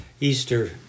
Easter